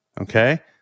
Okay